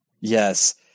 Yes